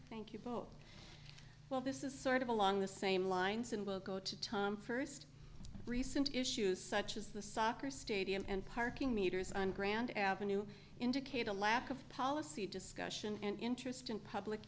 bill well this is sort of along the same lines and go to tom first recent issues such as the soccer stadium and parking meters on grand avenue indicate a lack of policy discussion and interest in public